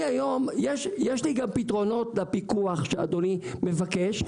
לי גם פתרונות לפיקוח שאדוני מבקש.